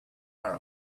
our